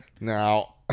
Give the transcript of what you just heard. Now